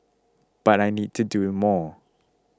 but I need to do more